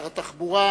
שר התחבורה,